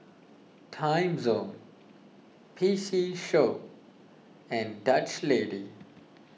Timezone P C Show and Dutch Lady